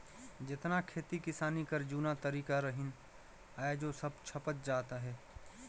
जेतना खेती किसानी कर जूना तरीका रहिन आएज ओ सब छपत जात अहे